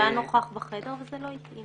הוא היה נוכח בחדר וזה לא התאים.